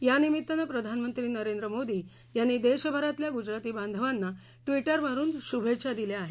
यानिमित्तानं प्रधानमंत्री नरेंद्र मोदी यांनी देशभरातल्या गुजराती बांधवांना ट्विटरवरून शुभेच्छा दिल्या आहेत